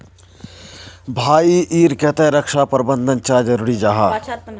भाई ईर केते रक्षा प्रबंधन चाँ जरूरी जाहा?